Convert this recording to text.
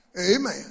Amen